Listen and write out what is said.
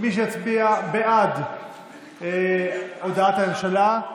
מי שיצביע בעד הודעת הממשלה,